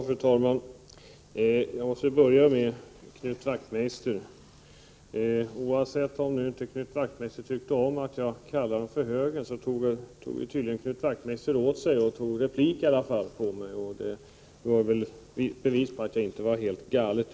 Fru talman! Till att börja med vänder jag mig till Knut Wachtmeister. Bortsett från om Knut Wachtmeister inte tyckte om att jag kallade moderaterna för högern tog han tydligen åt sig och begärde replik på mitt inlägg. Det är väl ett bevis på att jag inte har hamnat helt galet.